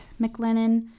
McLennan